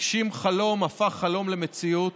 הגשים חלום, הפך חלום למציאות,